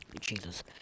Jesus